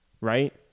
right